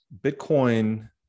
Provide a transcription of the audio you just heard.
Bitcoin